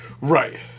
Right